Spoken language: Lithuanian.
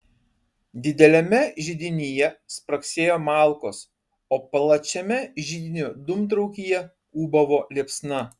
dideliame židinyje spragsėjo malkos o plačiame židinio dūmtraukyje ūbavo liepsna